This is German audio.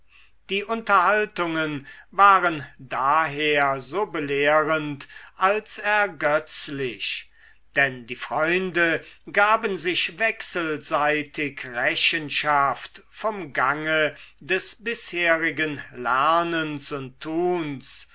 die unterhaltungen waren daher so belehrend als ergötzlich denn die freunde gaben sich wechselseitig rechenschaft vom gange des bisherigen lernens und tuns